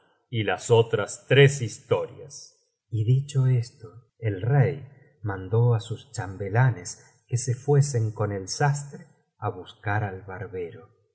y las otras tres historias y dicho esto el rey mandó á sus chambelanes que se fuesen con el sastre á buscar al barbero